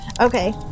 Okay